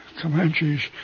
Comanches